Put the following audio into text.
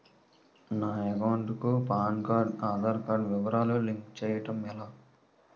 నా అకౌంట్ కు పాన్, ఆధార్ వివరాలు లింక్ చేయటం ఎలా?